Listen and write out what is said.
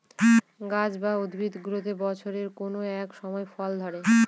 গাছ বা উদ্ভিদগুলোতে বছরের কোনো এক সময় ফল ধরে